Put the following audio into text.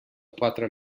quatre